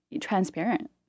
transparent